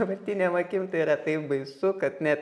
dabartinėm akim tai yra taip baisu kad net